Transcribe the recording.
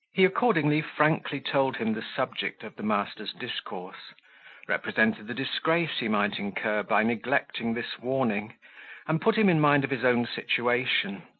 he accordingly frankly told him the subject of the master's discourse represented the disgrace he might incur by neglecting this warning and, putting him in mind of his own situation,